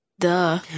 Duh